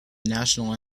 national